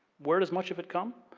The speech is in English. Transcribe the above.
where does much of it come?